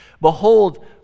Behold